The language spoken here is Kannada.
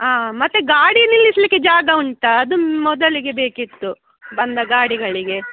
ಆಂ ಮತ್ತು ಗಾಡಿ ನಿಲ್ಲಿಸಲಿಕ್ಕೆ ಜಾಗ ಉಂಟಾ ಅದು ಮೊದಲಿಗೆ ಬೇಕಿತ್ತು ಬಂದ ಗಾಡಿಗಳಿಗೆ